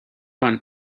find